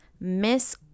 miss